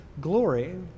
glory